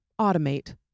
automate